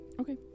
Okay